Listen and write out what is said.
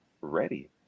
ready